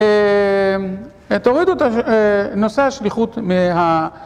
תורידו את נושא השליחות מה...